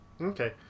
Okay